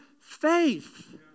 faith